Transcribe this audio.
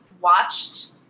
watched